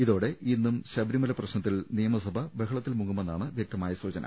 ഇതോടെ ഇന്നും ശബരി മല പ്രശ്നത്തിൽ നിയമസഭ ബഹളത്തിൽ മുങ്ങുമെന്നാണ് വൃക്തമായ സൂച ന